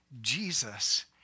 Jesus